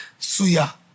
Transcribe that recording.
suya